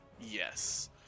Yes